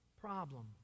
problem